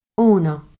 Uno